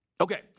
Okay